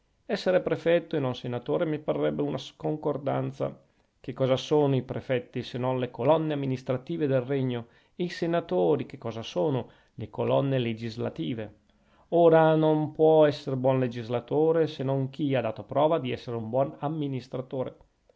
esser prefetto e non senatore mi parrebbe una sconcordanza che cosa sono i prefetti se non le colonne amministrative del regno e i senatori che cosa sono le colonne legislative ora non può esser buon legislatore se non chi ha dato prova di esser buon amministratore